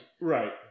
Right